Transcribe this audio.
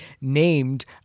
named